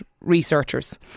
researchers